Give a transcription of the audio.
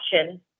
option